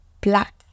black